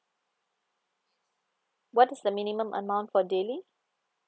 what is the minimum amount for daily